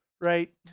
right